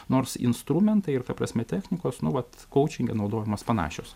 nors instrumentai ir ta prasme technikos nuo vat kaučinge naudojamos panašios